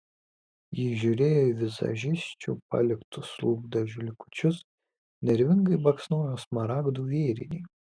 ji žiūrėjo į vizažisčių paliktus lūpdažių likučius nervingai baksnojo smaragdų vėrinį